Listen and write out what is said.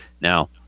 Now